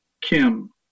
Kim